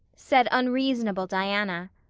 said unreasonable diana.